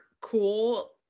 cool